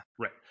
right